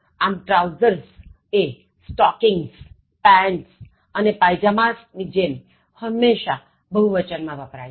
આમ trousers એ stockings pants અને pyjamas ની જેમ હંમેશા બહુવચન માં વપરાય છે